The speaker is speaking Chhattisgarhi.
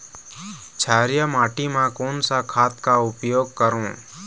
क्षारीय माटी मा कोन सा खाद का उपयोग करों?